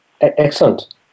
Excellent